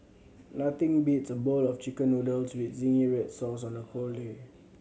nothing beats a bowl of Chicken Noodles with zingy red sauce on a cold day